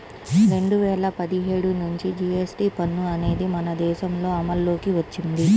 రెండు వేల పదిహేడు నుంచి జీఎస్టీ పన్ను అనేది మన దేశంలో అమల్లోకి వచ్చింది